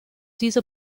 diese